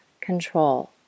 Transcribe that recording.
control